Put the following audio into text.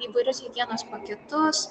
įvairius higienos paketus